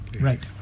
Right